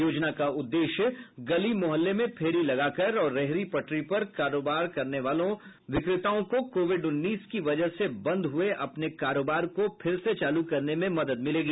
योजना का उद्देश्य गली मोहल्ले में फेरी लगाकर और रेहड़ी पटरी पर कारोबार करने वालों विक्रेताओं को कोविड उन्नीस की वजह से बंद हुए अपने कारोबार को फिर से चालू करने में मदद मिलेगी